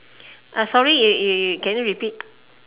uh sorry you you you you can you repeat